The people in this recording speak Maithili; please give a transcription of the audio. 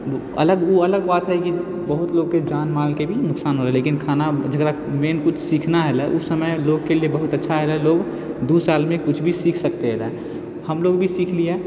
ओ अलग ओ अलग बात हइ कि बहुत लोकके जानमालके भी नुकसान होलै लेकिन खाना जकरा मेन किछु सिखना हलै उस समय लोकके लिए बहुत अच्छा हलै लोक दू सालमे किछु भी सीख सकैत रहै हमलोग भी सिखलिए